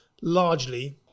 largely